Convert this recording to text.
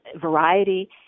variety